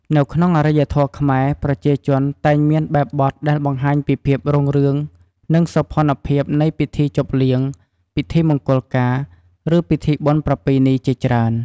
នៅក្នុងអរិយធម៌ខ្មែរប្រជាជនតែងមានបែបបទដែលបង្ហាញពីភាពរុងរឿងនិងសោភ័ណភាពនៃពិធីជប់លៀង ពិធីមង្គលការ ឬពិធីបុណ្យប្រពៃណីជាច្រើន។